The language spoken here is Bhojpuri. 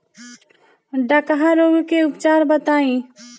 डकहा रोग के उपचार बताई?